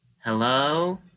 Hello